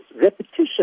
repetition